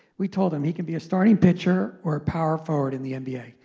we told him he can be a starting pitcher or a power forward in the nba.